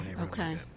okay